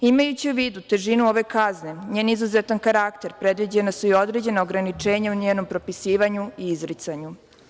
Imajući u vidu težinu ove kazne, njen izuzetan karakter, predviđena su i određena ograničenja u njenom propisivanju i izricanju.